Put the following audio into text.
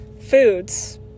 foods